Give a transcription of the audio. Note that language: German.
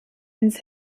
ins